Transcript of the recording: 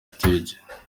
stage